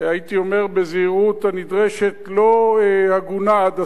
הייתי אומר בזהירות הנדרשת, לא הגונה עד הסוף,